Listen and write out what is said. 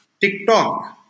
TikTok